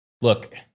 Look